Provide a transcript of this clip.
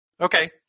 Okay